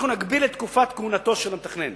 שנגביל את תקופת כהונתו של המתכנן